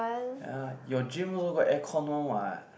ya your gym also got aircon one what